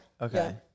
Okay